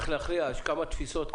צריך להכריע, יש כמה תפיסות.